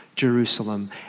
Jerusalem